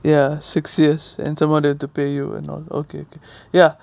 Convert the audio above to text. ya six years and some more they have to pay you and all okay okay ya